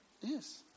Yes